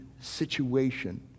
situation